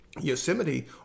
Yosemite